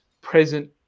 present